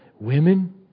Women